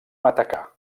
matacà